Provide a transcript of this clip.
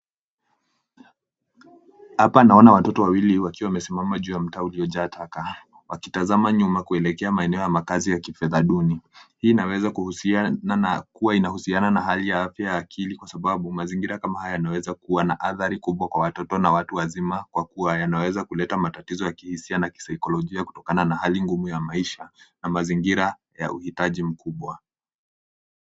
Hapa naona watoto wawili wakiwa wame simama juu ya mtaa ulio jaa taka wakitazama nyuma kuelekea makazi ya kitamaduni. Hii ina weza kuwa ina husiana na hali ya afya ya kiakili kwa sababu mazingira ya kiakili yana weza kuwa na athari kubwa ya watoto na watu wazima kwa kuwa yana weza leta matatizo ya kihisia na kisykolojia kutoka na hali ngumu ya maisha na mazingira ya uhitaji mkubwa.